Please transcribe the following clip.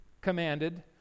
commanded